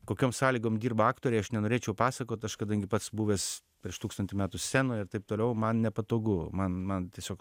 kokiom sąlygom dirba aktoriai aš nenorėčiau pasakot aš kadangi pats buvęs prieš tūkstantį metų scenoj ir taip toliau man nepatogu man man tiesiog